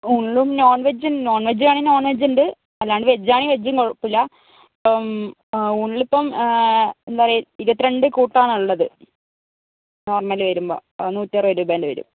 ഉള്ളും നോൺവെജും നോൺവെജ് വേണമെങ്കിൽ നോൺവെജ് ഉണ്ട് അല്ലാണ്ട് വെജ് ആണെങ്കിൽ വെജും കുഴപ്പം ഇല്ല ഉള്ളിപ്പം എന്താ പറയാ ഇരുപത്തിരണ്ട് കൂട്ടാണ് ഉള്ളത് നോർമല് വരുമ്പോൾ നൂറ്ററുപത് രൂപേൻ്റെ വരും